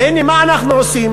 והנה, מה אנחנו עושים